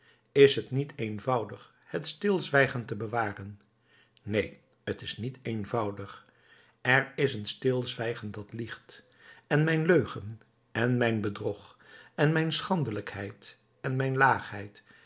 is t niet eenvoudig het stilzwijgen te bewaren neen t is niet eenvoudig er is een stilzwijgen dat liegt en mijn leugen en mijn bedrog en mijn schandelijkheid en mijn laagheid